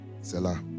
Selah